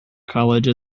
college